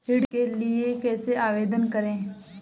ऋण के लिए कैसे आवेदन करें?